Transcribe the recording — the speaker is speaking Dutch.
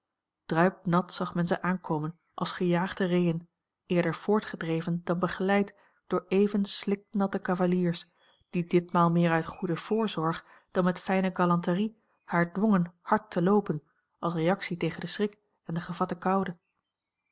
druipnat zag men ze aankomen als gejaagde reeën eerder voortgedreven dan begeleid door even sliknatte cavaliers die ditmaal meer uit goede voorzorg dan met fijne galanterie haar dwongen hard te loopen als reactie tegen den schrik en de gevatte koude